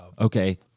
Okay